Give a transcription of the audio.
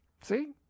See